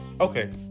okay